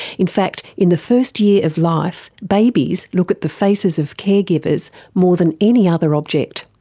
in fact in the first year of life, babies look at the faces of caregivers more than any other object.